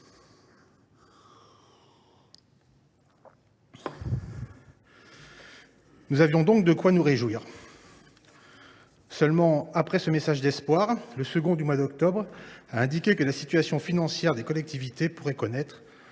Nous avions donc de quoi nous réjouir. Seulement, après ce message d’espoir, le second fascicule, celui d’octobre, a indiqué que la situation financière des collectivités pourrait connaître,